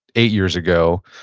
eight years ago,